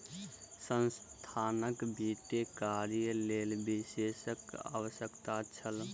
संस्थानक वित्तीय कार्यक लेल विशेषज्ञक आवश्यकता छल